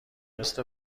مثه